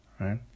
right